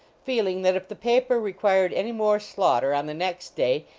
feeling that if the paper required any more slaughter on the next day,